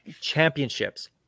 Championships